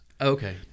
okay